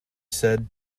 said